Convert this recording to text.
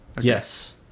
Yes